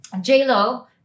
J-Lo